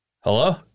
Hello